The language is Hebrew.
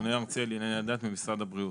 ממונה ארצי על ענייני הדת במשרד הבריאות.